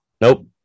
Nope